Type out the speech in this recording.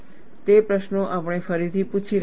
તે પ્રશ્નો આપણે ફરીથી પૂછી રહ્યા છીએ